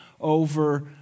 over